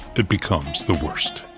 it becomes the worst.